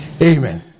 Amen